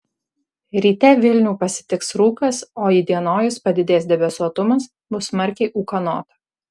ryte vilnių pasitiks rūkas o įdienojus padidės debesuotumas bus smarkiai ūkanota